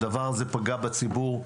הדבר הזה פגע בציבור,